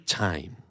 time